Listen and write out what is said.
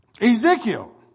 Ezekiel